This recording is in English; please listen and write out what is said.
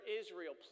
Israel